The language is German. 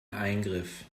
eingriff